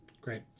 Great